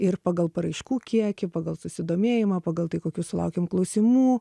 ir pagal paraiškų kiekį pagal susidomėjimą pagal tai kokių sulaukiam klausimų